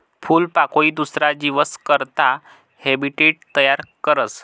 फूलपाकोई दुसरा जीवस करता हैबीटेट तयार करस